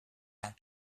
ans